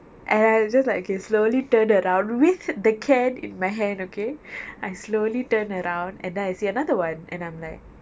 and I just like okay slowly turned around with the can in my hand okay I slowly turn around and then I see another one and I'm like